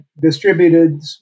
distributed